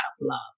love